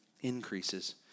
increases